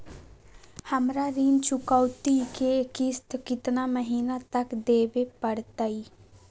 हमरा ऋण चुकौती के किस्त कितना महीना तक देवे पड़तई?